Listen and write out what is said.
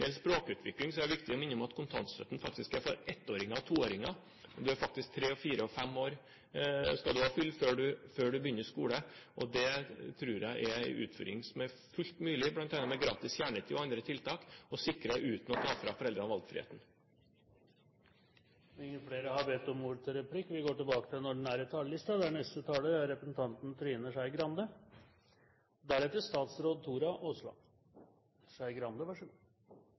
gjelder språkutvikling, er det viktig å minne om at kontantstøtten faktisk er for 1-åringer og 2-åringer, og du skal faktisk ha fylt tre, fire og fem år før du begynner på skolen. Det tror jeg er en utfordring som er fullt mulig å sikre, bl.a. med gratis kjernetid og andre tiltak, uten å ta fra foreldrene